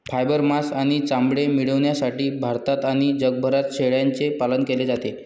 fibre, मांस आणि चामडे मिळविण्यासाठी भारतात आणि जगभरात शेळ्यांचे पालन केले जाते